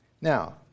Now